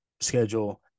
schedule